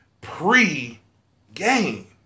pre-game